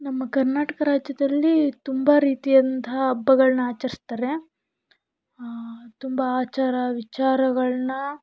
ನಮ್ಮ ಕರ್ನಾಟಕ ರಾಜ್ಯದಲ್ಲಿ ತುಂಬ ರೀತಿಯಾದಂತಹ ಹಬ್ಬಗಳ್ನ ಆಚರಿಸ್ತಾರೆ ತುಂಬ ಆಚಾರ ವಿಚಾರಗಳನ್ನ